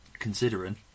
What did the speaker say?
Considering